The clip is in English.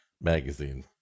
magazine